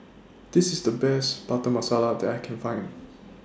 This IS The Best Butter Masala that I Can Find